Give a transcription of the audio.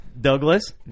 Douglas